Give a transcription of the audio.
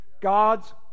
God's